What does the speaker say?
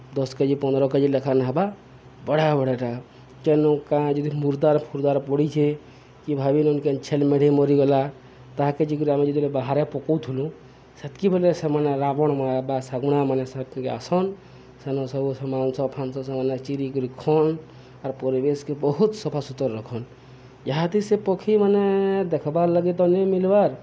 ଦଶ୍ K G ପନ୍ଦ୍ର K G ଲେଖାନ୍ ହେବା ବଢ଼େ ବଢ଼େଟା କେନୁ କାଁ ଯଦି ମୁର୍ଦାର୍ ଫୁର୍ଦାର୍ ପଡ଼ିଛେ କି ଭାବି ନଉନ୍ କେନ୍ ଛେଲ୍ ମେଢ଼ି ମରିଗଲା ତାହାକେ ଯାଇକରି ଆମେ ଯେତେବେଲେ ବାହାରେ ପକଉଥିଲୁ ସେତ୍କି ବେଲେ ସେମାନେ ରାବଣ୍ ବା ଶାଗୁଣାମାନେ ସେନିକେ ଆସନ୍ ସେନ ସବୁ ସେ ମାଂସ ଫାଂସ ସେମାନେ ଚିରିିକରି ଖଅନ୍ ଆର୍ ପରିବେଶ୍କେ ବହୁତ୍ ସଫା ସୁତର୍ ରଖନ୍ ଇହାଦେ ସେ ପକ୍ଷୀମାନେ ଦେଖ୍ବାର୍ ଲାଗି ତ ନେ ମିଲ୍ବାର୍